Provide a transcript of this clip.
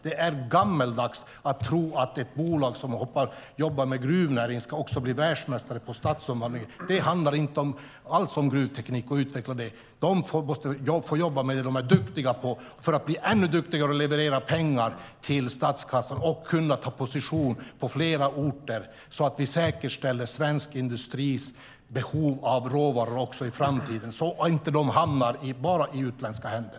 Det är gammeldags att tro att ett bolag som jobbar med gruvnäring också ska bli världsmästare på stadsomvandling. Det är inte att utveckla gruvteknik. LKAB ska jobba med det som de är duktiga på för att bli ännu duktigare. Då kan de leverera pengar till statskassan och ta position på fler orter. På så sätt säkerställer vi svensk industris behov av råvara också i framtiden så att det inte helt hamnar i utländska händer.